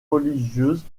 religieuses